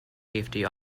safety